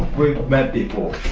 met before,